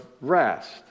rest